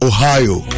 Ohio